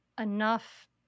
enough